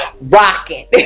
rocking